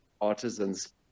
artisans